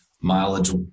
mileage